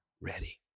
ready